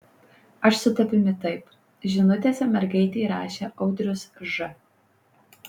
aš su tavimi taip žinutėse mergaitei rašė audrius ž